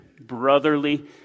brotherly